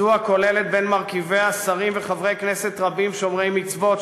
זו הכוללת בין מרכיביה שרים וחברי כנסת רבים שומרי מצוות,